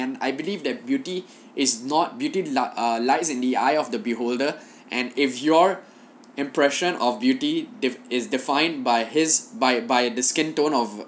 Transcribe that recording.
and I believe that beauty is not beauty lie ah lies in the eye of the beholder and if your impression of beauty is defined by his by by the skin tone of